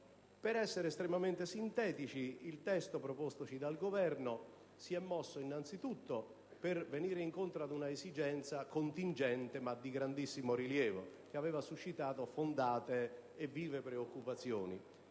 Per essere estremamente sintetici, il testo propostoci dal Governo si è mosso innanzi tutto per venire incontro ad un'esigenza contingente ma di grandissimo rilievo, che aveva suscitato fondate e vive preoccupazioni.